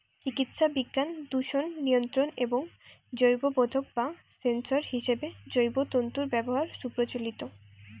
চিকিৎসাবিজ্ঞান, দূষণ নিয়ন্ত্রণ এবং জৈববোধক বা সেন্সর হিসেবে জৈব তন্তুর ব্যবহার সুপ্রচলিত